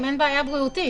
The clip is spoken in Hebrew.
אם אין בעיה בריאותית.